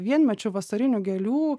vienmečių vasarinių gėlių